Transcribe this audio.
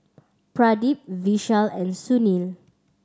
Pradip Vishal and Sunil